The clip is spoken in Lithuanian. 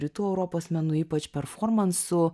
rytų europos menu ypač performansu